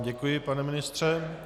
Děkuji, pane ministře.